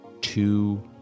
two